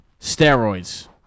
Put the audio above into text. steroids